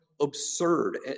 absurd